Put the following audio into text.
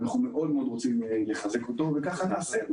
אנחנו מאוד מאוד רוצים לחזק אותו, וכך נעשה.